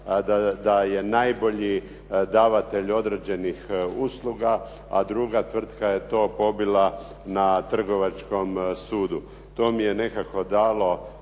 da je najbolji davatelj određenih usluga, a druga tvrtka je to pobila na Trgovačkom sudu. To mi je nekako dalo